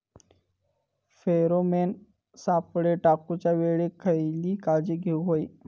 Pheromone सापळे टाकूच्या वेळी खयली काळजी घेवूक व्हयी?